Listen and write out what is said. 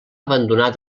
abandonar